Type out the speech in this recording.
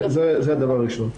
זה דבר ראשון.